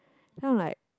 then I'm like